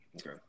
Okay